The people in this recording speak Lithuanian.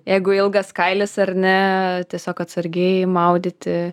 jeigu ilgas kailis ar ne tiesiog atsargiai maudyti